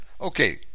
Okay